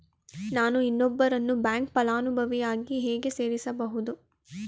ನಾನು ಇನ್ನೊಬ್ಬರನ್ನು ಬ್ಯಾಂಕ್ ಫಲಾನುಭವಿಯನ್ನಾಗಿ ಹೇಗೆ ಸೇರಿಸಬಹುದು?